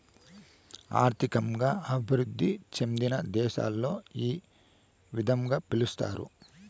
ఆర్థికంగా అభివృద్ధి చెందిన దేశాలలో ఈ విధంగా పిలుస్తారు